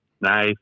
nice